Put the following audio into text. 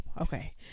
okay